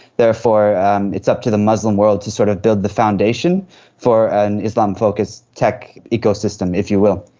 therefore it's up to the muslim world to sort of build the foundation for an islam focused tech ecosystem, if you will.